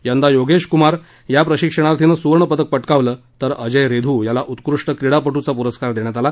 यंदा योगेश कुमार या प्रशिक्षणार्थीनं सुवर्ण पदक पटकावलं तर अजय रेधू याला उत्कृष्ट क्रिडापटूचा पुरस्कार देण्यात आला